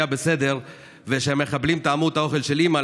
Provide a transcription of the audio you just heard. בסדר ושהמחבלים טעמו את האוכל של אימא,